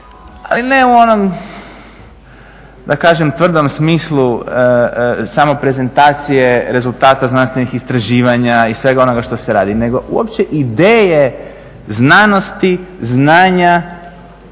ali ne u onom da kažem tvrdom smislu samo prezentacije rezultata znanstvenih istraživanja i svega onoga što se radi, nego uopće ideje znanosti, znanja,